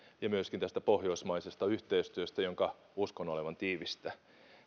ja myöskin tästä pohjoismaisesta yhteistyöstä jonka uskon olevan tiivistä